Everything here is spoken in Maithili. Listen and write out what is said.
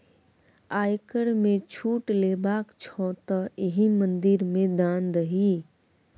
आयकर मे छूट लेबाक छौ तँ एहि मंदिर मे दान दही